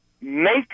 make